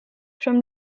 from